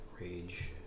rage